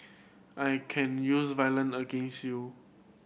I can use violent against you